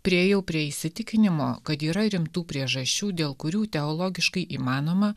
priėjau prie įsitikinimo kad yra rimtų priežasčių dėl kurių teologiškai įmanoma